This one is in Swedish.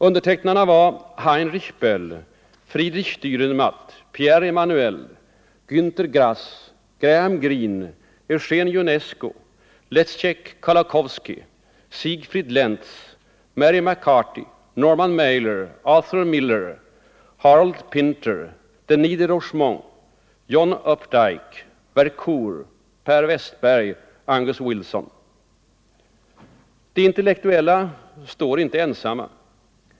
Undertecknarna var: Heinrich Böll, Friedrich Därrenmatt, Pierre Emmanuel, Gänther Grass, Graham Greene, Eugene Ionesco, Leszek Kolakowski, Siegfried Lenz, Mary McCarthy, Norman Mailer, Arthur Miller, Harold Pinter, Denis de Rougemont, John Updike, Vercours, Per Wästberg, Angus Wilson. De intellektuella står inte ensamma.